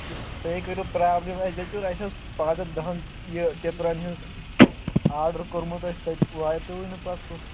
یہِ تۄہے کٔرٕو پرٛابلٕم اَسہِ دَپیو اَسہِ اوس پانٛژَن دَہَن یہِ ٹِپرَن ہِنٛز آڈر کوٚرمُت اَسہِ تَتہِ واتیووُے نہٕ پَتہٕ سُہ